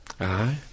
Aye